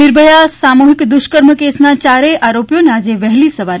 નિર્ભયા સામુહિક દુષ્કર્મ કેસના ચારેય આરોપીઓને આજે વહેલી સવારે